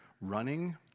running